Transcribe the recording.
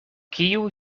kiu